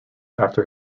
after